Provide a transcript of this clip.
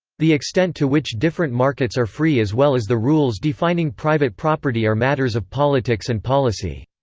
the extent to which different markets are free as well as the rules defining private property are matters of politics and policy.